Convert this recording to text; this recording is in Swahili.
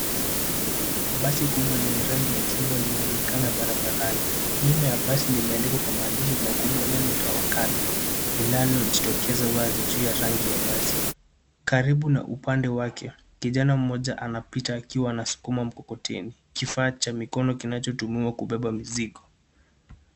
Basi kubwa lenye rangi ya chungwa linaonekana barabarani. Nyuma ya basi limeandikwa kwa maandishi makubwa neno TAWAKAL linalojitokeza wazi juu ya rangi ya basi. Karibu na upande wake, kijana mmoja anapita akiwa anaskuma mkokoteni (kifaa cha mikono kinachotumiwa kubeba mizigo).